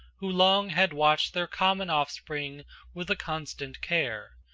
who long had watched their common offspring with a constant care,